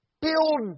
Build